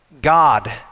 God